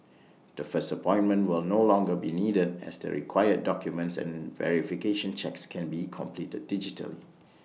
the first appointment will no longer be needed as the required documents and verification checks can be completed digitally